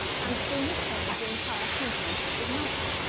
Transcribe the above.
and soon obtained the entire confidence of his master.